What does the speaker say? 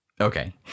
okay